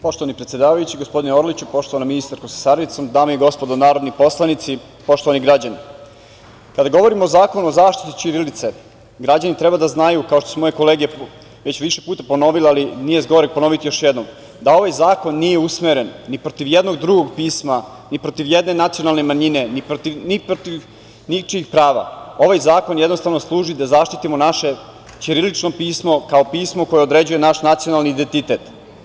Poštovani predsedavajući, gospodine Orliću, poštovana ministarko sa saradnicom, dame i gospodo narodni poslanici, poštovani građani, kada govorimo o zakonu o zaštiti ćirilice građani treba da znaju, kao što su moje kolege već više puta ponovile, ali nije zgoreg ponoviti još jednom, da ovaj zakon nije usmeren ni protiv jednog drugog pisma, ni protiv jedne nacionalne manjine, ni protiv ničijih prava, ovaj zakon jednostavno služi da zaštitimo naše ćirilično pismo kao pismo koje određuje naš nacionalni identitet.